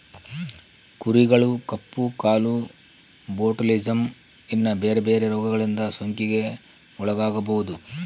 ಕುರಿಗಳು ಕಪ್ಪು ಕಾಲು, ಬೊಟುಲಿಸಮ್, ಇನ್ನ ಬೆರೆ ಬೆರೆ ರೋಗಗಳಿಂದ ಸೋಂಕಿಗೆ ಒಳಗಾಗಬೊದು